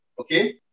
Okay